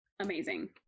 amazing